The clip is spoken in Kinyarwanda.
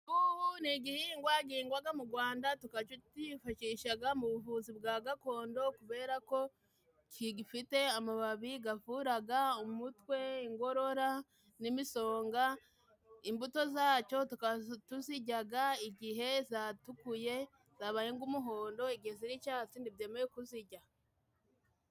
Impuhu ni igihingwa gihingwa mu Rwanda, tukaba tucyifashisha mu buvuzi bwa gakondo, kubera ko gifite amababi avura umutwe, inkorora n'imisonga. Imbuto zacyo tukaba tuzirya igihe zatukuye zabaye nk'umuhondo, igihe ari icyatsi ntibyemewe kuzirya.